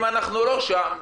אם אנחנו לא שם,